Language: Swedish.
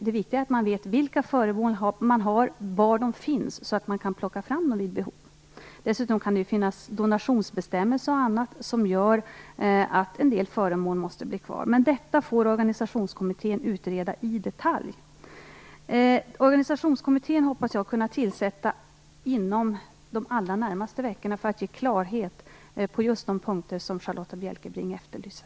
Det viktiga är att man vet vilka föremål man har och var de finns, så att man vid behov kan plocka fram dem. Det kan dessutom finnas donationsbestämmelser och annat som gör att en del föremål måste bli kvar. Men detta får organisationskommittén utreda i detalj. Jag hoppas kunna tillsätta organisationskommittén inom de allra närmaste veckorna och därmed ge klarhet på just de punkter som Charlotta Bjälkebring efterlyser.